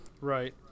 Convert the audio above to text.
Right